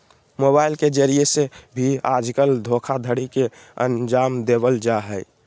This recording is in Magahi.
मोबाइल के जरिये से भी आजकल धोखाधडी के अन्जाम देवल जा हय